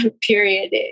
period